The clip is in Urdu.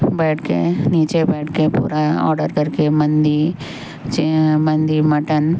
بیٹھ کے نیچے بیٹھ کے پورا آڈر کر کے مندی مندی مٹن